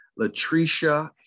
Latricia